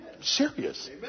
serious